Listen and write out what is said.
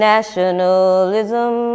Nationalism